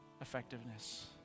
effectiveness